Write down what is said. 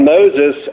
Moses